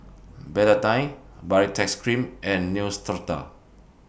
Betadine Baritex Cream and Neostrata